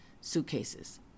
suitcases